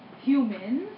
humans